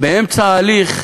באמצע ההליך,